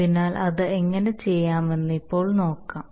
അതിനാൽ അത് എങ്ങനെ ചെയ്യാമെന്ന് ഇപ്പോൾ നോക്കാം